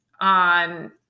on